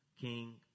king